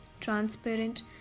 transparent